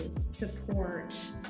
support